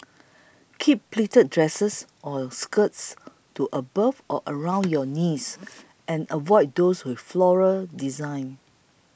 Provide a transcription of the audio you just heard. keep pleated dresses or skirts to above or around your knees and avoid those with floral designs